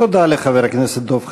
תודה לחבר הכנסת דב חנין.